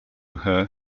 her